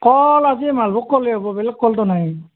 কল আজি মালভোগ কলহে হ'ব বেলেগ কলটো নাই